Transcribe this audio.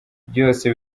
byose